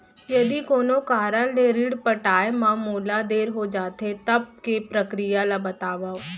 यदि कोनो कारन ले ऋण पटाय मा मोला देर हो जाथे, तब के प्रक्रिया ला बतावव